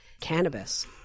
cannabis